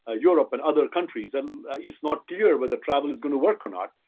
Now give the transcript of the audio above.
ah europe and other countries and it's not clear whether travel is gonna work or not.